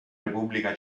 repubblica